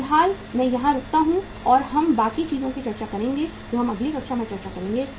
फिलहाल मैं यहां रुकता हूं और हम बाकी चीजों पर चर्चा करेंगे जो हम अगली कक्षा में चर्चा करेंगे